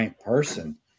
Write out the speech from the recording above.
person